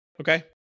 Okay